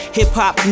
Hip-hop